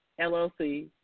LLC